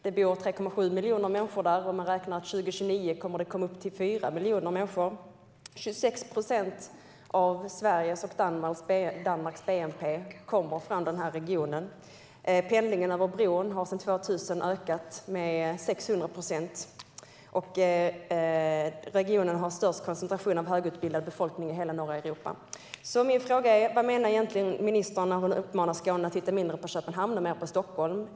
Det bor 3,7 miljoner människor där, och man räknar med att till 2029 kommer det att vara 4 miljoner. 26 procent av Sveriges och Danmarks bnp kommer från regionen. Pendlingen över bron har sedan 2000 ökat med 600 procent. Regionen har störst koncentration av högutbildad befolkning i hela norra Europa. Vad menar egentligen ministern när hon uppmanar Skåne att titta mindre på Köpenhamn och mer på Stockholm?